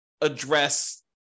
address